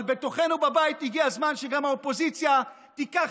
אבל בתוכנו בבית הגיע הזמן שגם האופוזיציה תיקח